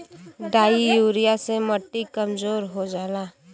di urea से मट्टी कमजोर हो जाला